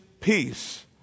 Peace